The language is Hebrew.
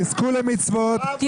תזכו למצוות,